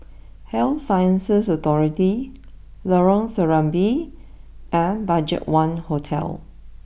Health Sciences Authority Lorong Serambi and BudgetOne Hotel